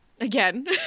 Again